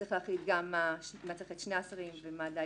וצריך להחליט מתי צריך את שני השרים ומתי די